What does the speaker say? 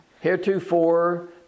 heretofore